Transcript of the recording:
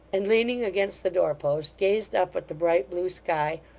and leaning against the door-post, gazed up at the bright blue sky,